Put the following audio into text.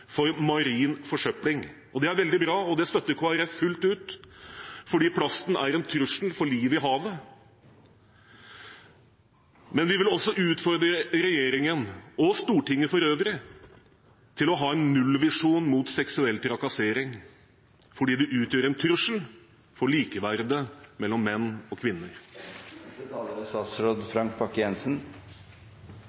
for marin forsøpling. Det er veldig bra, og det støtter Kristelig Folkeparti fullt ut, fordi plasten er en trussel for liv i havet. Men vi vil også utfordre regjeringen – og Stortinget for øvrig – til å ha en nullvisjon mot seksuell trakassering, fordi det utgjør en trussel for likeverdet mellom menn og